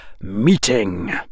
meeting